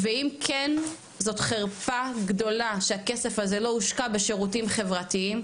ואם כן זאת חרפה גדולה שהכסף הזה לא הושקע בשירותים חברתיים,